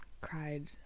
cried